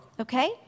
Okay